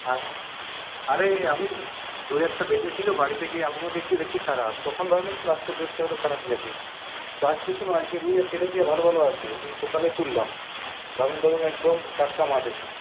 আছে আরে আমি দু একটা বেঁচেছিল বাড়িতে গিয়ে আমিও দেখছি দেখছি খারাপ তখন ভাবলাম তো লাস্টের দু একটা হয়তো খারাপ গেছে তো আজকে শোনো আজকে রুই আর তেলাপিয়া ভালো ভালো আছে এই সকালে তুললাম দারুণ দারুণ একদম টাটকা মাছ আছে